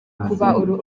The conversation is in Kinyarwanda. kuba